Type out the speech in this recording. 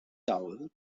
towel